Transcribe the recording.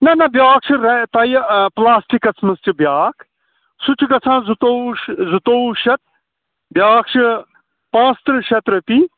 نہَ نہَ بیٛاکھ چھُ ریک تۄہہِ یہِ پُلاسٹِکَس منٛز چھُ بیٛاکھ سُہ چھُ گژھان زٕتوٚوُہ زٕتوٚوُہ شَتھ بیٛاکھ چھِ پانٛژتٕرٛہ شَتھ رۄپیہِ